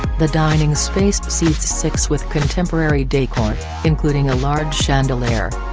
the dining space seats six with contemporary decor, including a large chandelier.